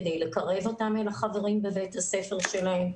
כדי לקרב אותם אל החברים בבית הספר שלהם,